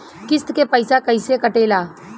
किस्त के पैसा कैसे कटेला?